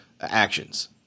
actions